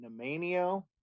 Nemanio